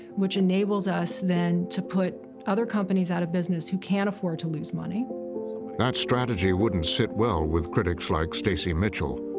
which enables us then to put other companies out of business who can't afford to lose money. narrator that strategy wouldn't sit well with critics like stacy mitchell,